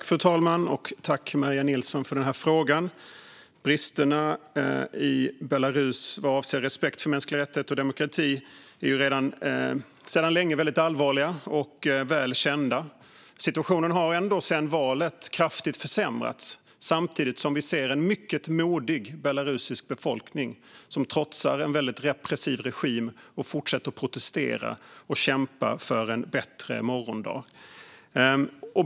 Fru talman! Tack, Maria Nilsson, för frågan! Bristerna i Belarus vad avser respekt för mänskliga rättigheter och demokrati är sedan länge väldigt allvarliga och väl kända. Ändå har situationen kraftigt försämrats sedan valet. Samtidigt ser vi i Belarus en mycket modig befolkning som trotsar en repressiv regim och fortsätter protestera och kämpa för en bättre morgondag.